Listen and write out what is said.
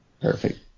Perfect